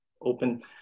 open